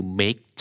make